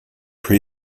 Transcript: pre